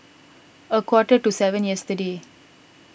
a quarter to seven yesterday